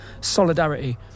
solidarity